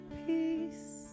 peace